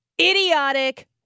idiotic